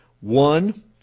one